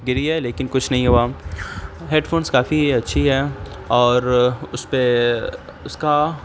گری ہے لیکن کچھ نہیں ہوا ہیڈ فونس کافی اچھی ہے اور اس پہ اس کا